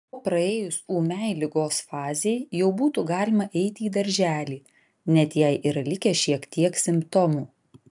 o praėjus ūmiai ligos fazei jau būtų galima eiti į darželį net jei yra likę šiek tiek simptomų